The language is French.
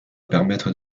permettre